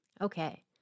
Okay